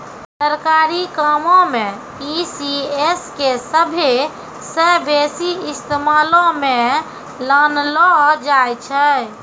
सरकारी कामो मे ई.सी.एस के सभ्भे से बेसी इस्तेमालो मे लानलो जाय छै